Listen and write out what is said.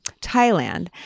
Thailand